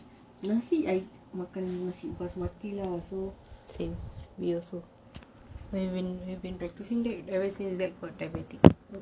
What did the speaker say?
nasi I makan nasi basmati so